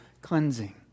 cleansing